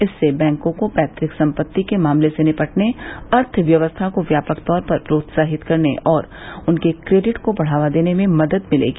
इससे बैंकों को पैतुक संपत्ति के मामलों से निपटने अर्थव्यवस्था को व्यापक तौर पर प्रोत्साहित करने और उनके क्रेडिट को बढ़ावा देने में मदद मिलेगी